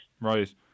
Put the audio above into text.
Right